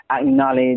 acknowledge